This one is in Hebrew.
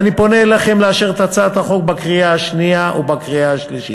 ואני פונה אליכם לאשר את הצעת החוק בקריאה השנייה ובקריאה השלישית.